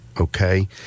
okay